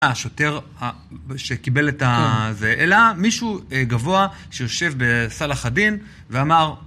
א... השוטר ה... שקיבל את ה... זה, אלא מישהו... אה, גבוה שיושב בסלאח א-דין ואמר